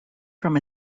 from